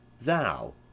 Thou